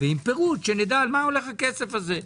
ועם פירוט שנדע על מה הולך הכסף הזה,